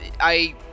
I-